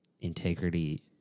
integrity